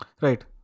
Right